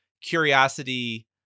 curiosity